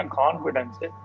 confidence